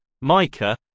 MICA